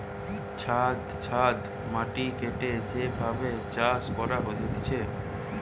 ছাদ ছাদ মাটি কেটে যে ভাবে চাষ করা হতিছে